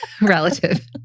Relative